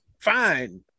Fine